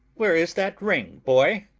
where is that ring, boy?